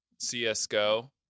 CSGO